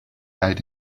ate